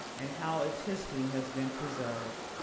and how its history has been preserved.